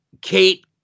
kate